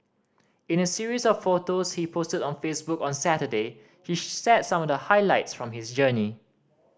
in a series of photos he posted on Facebook on Saturday he shared some of the highlights from his journey